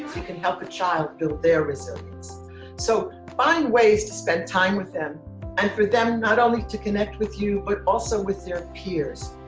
you can help a child build their resilience so find ways to spend time with them and for them not only to connect with you but also with their peers.